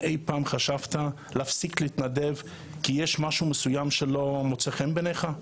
האם אי פעם חשבת להפסיק להתנדב כי יש משהו מסוים שלא מוצא חן בעיניך?